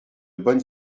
bonnes